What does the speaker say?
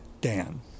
Dan